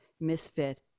misfit